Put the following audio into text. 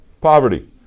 poverty